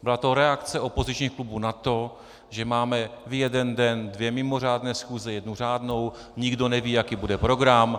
Byla to reakce opozičních klubů na to, že máme v jeden den dvě mimořádné schůze, jednu řádnou, nikdo neví, jaký bude program.